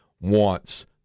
wants